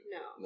No